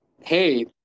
hey